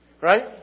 Right